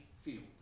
field